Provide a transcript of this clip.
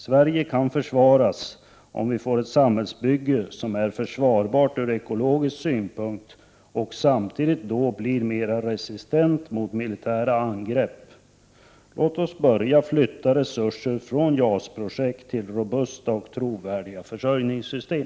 Sverige kan försvaras om vi får ett samhällsbygge som är försvarbart ur ekologisk synpunkt och samtidigt blir mera resistent mot militära angrepp. Låt oss börja flytta resurser från JAS-projektet till robusta och trovärdiga försörjningssystem.